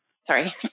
Sorry